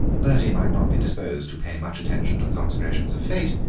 bertie might not be disposed to pay much attention to the consecrations of fate,